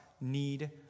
need